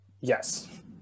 yes